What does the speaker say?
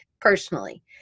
personally